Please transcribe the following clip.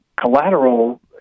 collateral